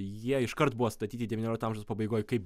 jie iškart buvo statyti devyniolikto amžiaus pabaigoj kaip